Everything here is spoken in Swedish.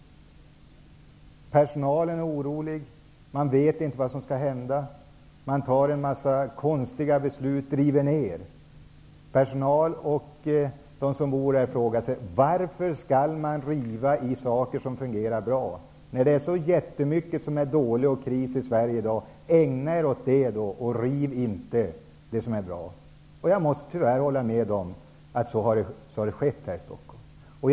Personalen är orolig, man vet inte vad som skall hända. Det fattas konstiga beslut, och man river ner. Personal och de som bor här frågar sig: Varför skall man riva i saker som fungerar bra, när det finns så mycket som är dåligt och det är kris i Sverige? Ägna er åt det och riv inte det som är bra! säger man. Jag måste tyvärr hålla med om att det har blivit så i Stockholm.